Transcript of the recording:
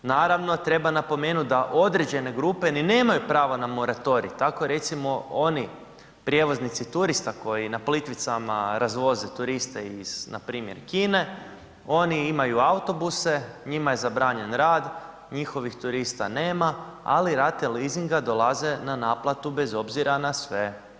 Naravno, treba napomenut da određene grupe ni nemaju pravo na moratorij, tako recimo oni prijevoznici turista koji na Plitvicama razvoze turiste iz npr. Kine, oni imaju autobuse, njima je zabranjen rad, njihovih turista nema, ali rate leasinga dolaze na naplatu bez obzira na sve.